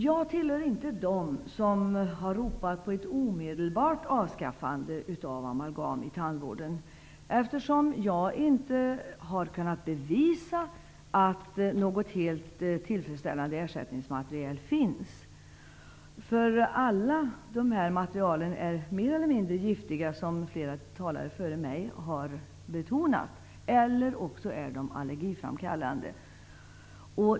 Jag tillhör inte dem som har ropat på ett omedelbart avskaffande av amalgam i tandvården, eftersom jag inte har kunnat bevisa att något helt tillfredsställande ersättningsmaterial finns. Alla de aktuella materialen är mer eller mindre giftiga, som flera talare före mig betonat, eller allergiframkallande.